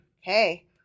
Hey